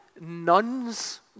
nuns